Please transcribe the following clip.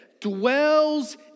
dwells